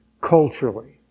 culturally